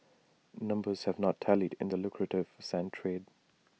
numbers have not tallied in the lucrative sand trade